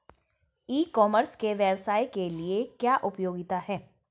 ई commerce के व्यवसाय के लिए क्या उपयोगिता है?